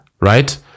right